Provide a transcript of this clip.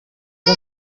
ngo